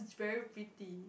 she's very pretty